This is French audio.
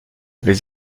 les